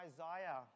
Isaiah